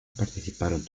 participaron